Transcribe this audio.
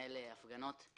מנהל הפגנות,